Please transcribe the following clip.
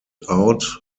out